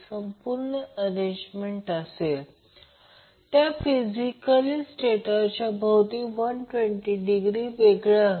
कारण Zg rg jxg देण्यात आले होते म्हणून त्याची magnitude Zg √R g 2 x g 2 आहे म्हणूनच RL Zg ची मग्नित्यूड आहे